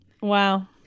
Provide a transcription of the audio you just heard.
Wow